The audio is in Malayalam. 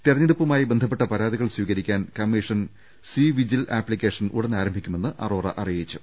തെരഞ്ഞെടുപ്പുമായി ബന്ധ പ്പെട്ട പരാതികൾ സ്വീകരിക്കാൻ കമ്മീഷൻ സി വിജിൽ ആപ്സിക്കേഷൻ ഉടൻ ആരംഭിക്കുമെന്ന് അറോറ അറിയിച്ചു